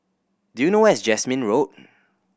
do you know where is Jasmine Road